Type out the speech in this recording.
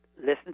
listen